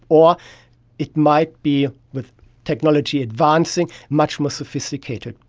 or it might be, with technology advancing, much more sophisticated.